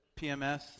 PMS